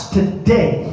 today